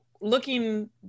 looking